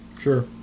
Sure